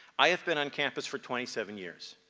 i have been on campus for twenty seven years.